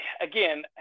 again